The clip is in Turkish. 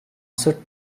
sırp